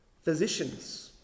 physicians